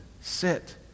Sit